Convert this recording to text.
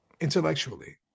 intellectually